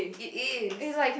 it is